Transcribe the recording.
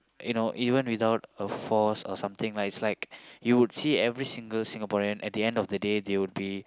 you know even without a force or something like is like you will see every single Singaporean at the end of the day they will be